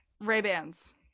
Ray-Bans